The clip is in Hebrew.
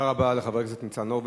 תודה רבה לחבר הכנסת ניצן הורוביץ.